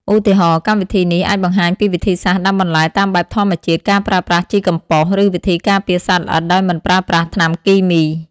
ឧទាហរណ៍ កម្មវិធីនេះអាចបង្ហាញពីវិធីសាស្ត្រដាំបន្លែតាមបែបធម្មជាតិ ការប្រើប្រាស់ជីកំប៉ុស្ត ឬវិធីការពារសត្វល្អិតដោយមិនប្រើប្រាស់ថ្នាំគីមី។